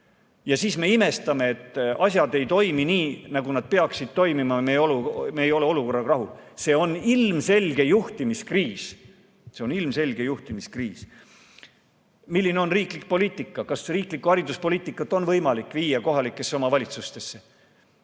Siis me imestame, et asjad ei toimi nii, nagu nad peaksid toimima, ja me ei ole olukorraga rahul. See on ilmselge juhtimiskriis. Milline on riiklik poliitika? Kas riiklikku hariduspoliitikat on võimalik viia kohalikesse omavalitsustesse?